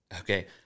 Okay